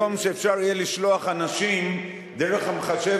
ביום שאפשר יהיה לשלוח אנשים דרך המחשב